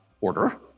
order